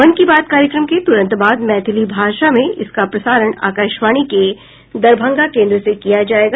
मन की बात कार्यक्रम के तुरंत बाद मैथिली भाषा में इसका प्रसारण आकाशवाणी के दरभंगा केन्द्र से किया जायेगा